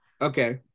Okay